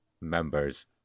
members